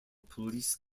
police